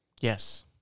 Yes